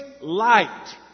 light